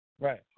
right